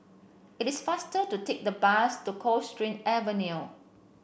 it is faster to take the bus to Coldstream Avenue